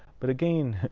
but again,